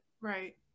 Right